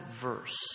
verse